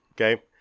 Okay